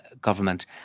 government